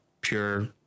pure